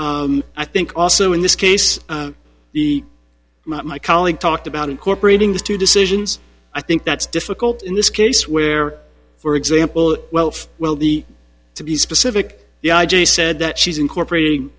it i think also in this case the my colleague talked about incorporating the two decisions i think that's difficult in this case where for example well well the to be specific the i j a said that she's incorporating